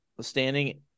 standing